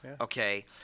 Okay